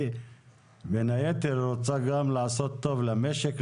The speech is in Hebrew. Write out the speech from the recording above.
בין היתר היא רוצה גם לעשות טוב למשק,